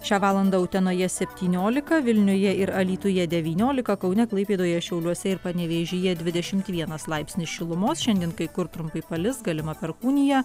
šią valandą utenoje septyniolika vilniuje ir alytuje devyniolika kaune klaipėdoje šiauliuose ir panevėžyje dvidešim vienas laipsnis šilumos šiandien kai kur trumpai palis galima perkūnija